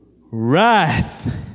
Wrath